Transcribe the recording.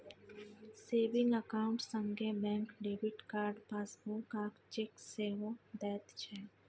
saving account संगे bank debit card, passbook आ cheque सेहो दैत छै